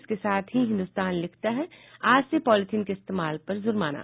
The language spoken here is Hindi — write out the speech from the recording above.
इसके साथ हि हिन्दुस्तान ने लिखता है आज से पॉलीथिन के इस्तेमाल पर जुर्माना